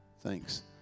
Thanks